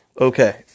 Okay